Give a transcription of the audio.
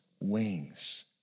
wings